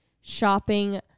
shopping